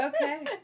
Okay